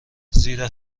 زیرا